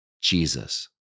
Jesus